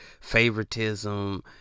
favoritism